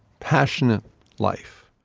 passionate life.